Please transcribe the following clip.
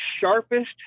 sharpest